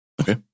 Okay